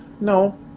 No